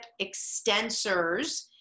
extensors